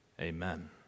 Amen